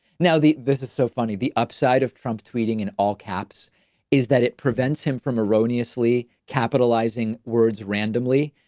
now the, this is so funny, the upside of trump tweeting in all caps is that it prevents him from erroneously capitalizing words randomly,